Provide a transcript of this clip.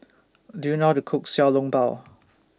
Do YOU know not to Cook Xiao Long Bao